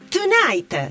Tonight